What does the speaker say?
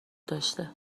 داشته